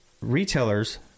retailers